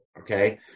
okay